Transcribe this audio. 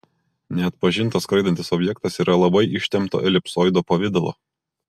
neatpažintas skraidantis objektas yra labai ištempto elipsoido pavidalo